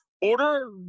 Order